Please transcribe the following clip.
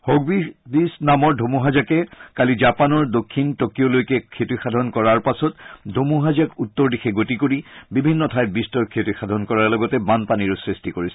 Hagibis নামৰ ধুমুহাজাকে কালি জাপানৰ দক্ষিণ টকিঅলৈকে ক্ষতিসাধন কৰাৰ পাছত ধুমুহাজাক উত্তৰ দিশে গতি কৰি বিভিন্ন ঠাইত বিস্তৰ ক্ষতিসাধন কৰাৰ লগতে বানপানীৰো সৃষ্টি কৰিছে